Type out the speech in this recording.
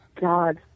God